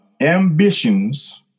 ambitions